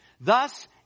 Thus